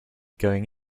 going